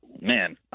man